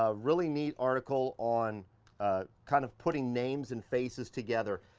ah really neat article on kind of putting names and faces together.